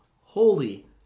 holy